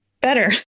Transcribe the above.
better